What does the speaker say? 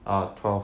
ah twelve